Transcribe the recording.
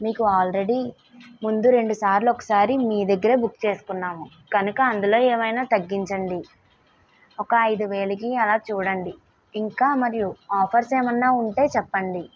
మీకు ఆల్రెడీ ముందు రెండు సార్లు ఒకసారి మీ దగ్గర బుక్ చేసుకున్నాము కనుక అందులో ఏమైనా తగ్గించండి ఒక ఐదు వేలుకి అలా చూడండి ఇంకా మరియు ఆఫర్స్ ఏమన్నా ఉంటే చెప్పండి